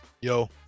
Yo